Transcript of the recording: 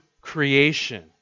creation